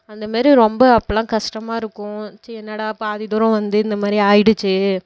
அந்த மாதிரி ரொம்ப அப்போலாம் கஷ்டமாக இருக்கும் ச்சீ என்னடா பாதி தூரம் வந்து இந்த மாதிரி ஆயிடுச்சே